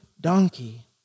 donkey